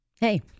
Hey